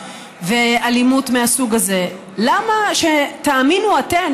ואלימות מהסוג הזה: למה שתאמינו אתן?